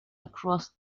across